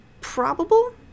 probable